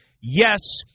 Yes